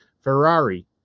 Ferrari